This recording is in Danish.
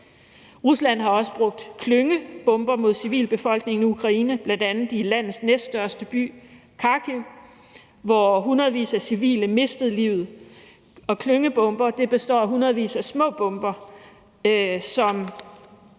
Rusland har også brugt klyngebomber mod civilbefolkningen i Ukraine, bl.a. i landets næststørste by, Kharkiv, hvor hundredvis af civile mistede livet. Klyngebomber består af hundredvis af små bomber, som